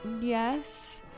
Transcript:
yes